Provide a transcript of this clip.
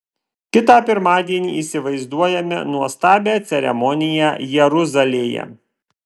kitą pirmadienį įsivaizduojame nuostabią ceremoniją jeruzalėje